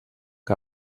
que